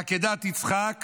עקדת יצחק